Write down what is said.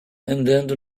andando